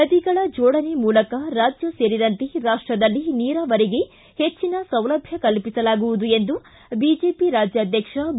ನದಿಗಳ ಜೋಡಣೆ ಮೂಲಕ ರಾಜ್ಯ ಸೇರಿದಂತೆ ರಾಷ್ಟದಲ್ಲಿ ನೀರಾವರಿಗೆ ಹೆಚ್ಚನ ಸೌಲಭ್ಯ ಕಲ್ಪಿಸಲಾಗುವುದು ಎಂದು ಬಿಜೆಪಿ ರಾಜ್ಯಾಧ್ಯಕ್ಷ ಬಿ